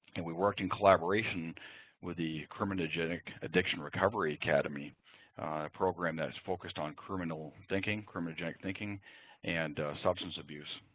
and we worked in collaboration with the criminogenic addiction recovery academy, a program that's focused on criminogenic thinking criminogenic thinking and substance abuse.